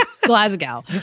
Glasgow